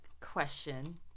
question